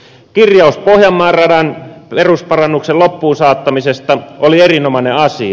kirjaus pohjanmaan radan perusparannuksen loppuun saattamisesta oli erinomainen asia